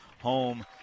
home